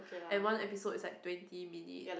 and one episode is like twenty minute